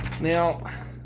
Now